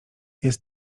jest